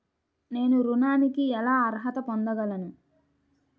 నేను ఋణానికి ఎలా అర్హత పొందగలను?